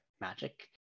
magic